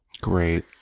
Great